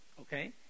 Okay